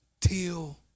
till